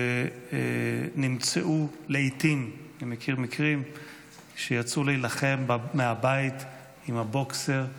אני מכיר מקרים שיצאו להילחם מהבית עם הבוקסר,